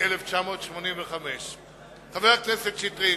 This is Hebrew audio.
התשמ"ה 1985. חבר הכנסת שטרית,